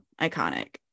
iconic